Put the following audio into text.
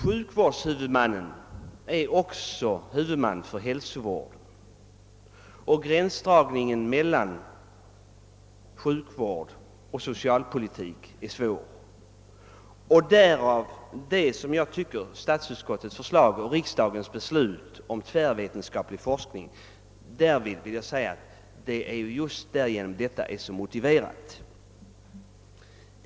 Sjukvårdshuvudmännen är också huvudmän för hälsovården, och gränsdragningen mellan sjukvård och socialpolitik är svår. Därför tycker jag att statsutskottets av riksdagen bifallna förslag om tvärvetenskaplig forskning är väl motiverat.